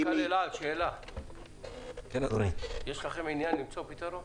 אל על, יש לכם עניין למצוא פתרון?